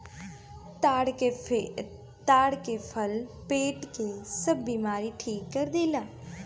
ताड़ के फल पेट के सब बेमारी ठीक कर देला